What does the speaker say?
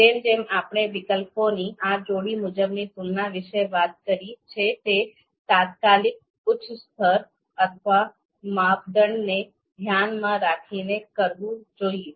જેમ જેમ આપણે વિકલ્પોની આ જોડી મુજબની તુલના વિશે વાત કરી છે તે તાત્કાલિક ઉચ્ચ સ્તર અથવા માપદંડને ધ્યાનમાં રાખીને કરવું જોઈએ